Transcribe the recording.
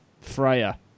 Freya